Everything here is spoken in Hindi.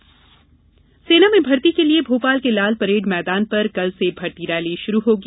सेना भर्ती सेना में भर्ती के लिए भोपाल के लाल परेड मैदान पर कल से भर्ती रैली शुरू होगी